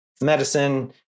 medicine